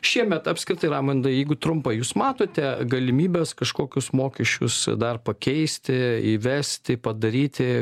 šiemet apskritai raimundai jeigu trumpą jūs matote galimybes kažkokius mokesčius dar pakeisti įvesti padaryti